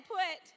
put